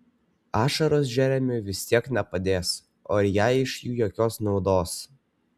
ašaros džeremiui vis tiek nepadės o ir jai iš jų jokios naudos